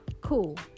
cool